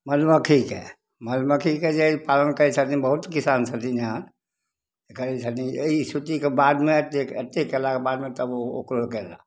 मधुमक्खीके मधुमक्खीके जे हइ पालन करै छथिन बहुत किसान छथिन एहन जे करै छथिन एहि छुट्टीके बादमे जे एतेक कएलाके बादमे तब ओकरो गेलाह